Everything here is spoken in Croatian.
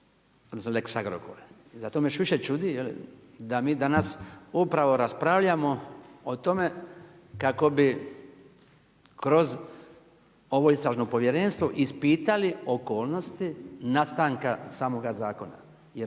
Zato me još vije čudi da mi danas upravo raspravljamo o tome kako bi kroz ovo istražno povjerenstvo ispitali okolnosti nastanka samog zakona